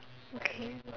okay